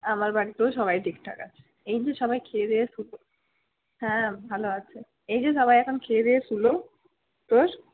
আমার বাড়িতেও সবাই ঠিকঠাক আছে এই যে সবাই খেয়েদেয়ে শুলো হ্যাঁ ভালো আছে এই যে সবাই এখন খেয়েদেয়ে শুলো তোর